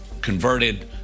converted